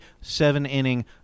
seven-inning